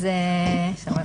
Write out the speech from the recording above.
עליהן.